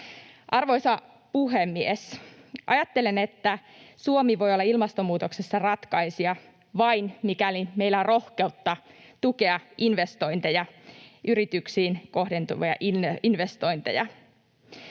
Arvoisa puhemies! Ajattelen, että Suomi voi olla ilmastonmuutoksessa ratkaisija vain, mikäli meillä on rohkeutta tukea investointeja, yrityksiin kohdentuvia investointeja.